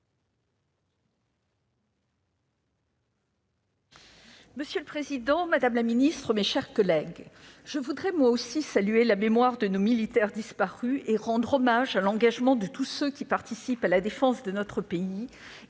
Monsieur le président, madame la ministre, mes chers collègues, je salue à mon tour la mémoire de nos militaires disparus et rends hommage à l'engagement de tous ceux qui participent à la défense de notre pays